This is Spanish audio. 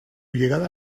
llegada